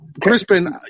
Crispin